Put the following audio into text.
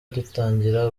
dutangira